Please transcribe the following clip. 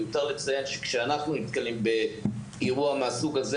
מיותר לציין שכשאנחנו נתקלים באירוע מהסוג הזה,